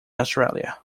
australia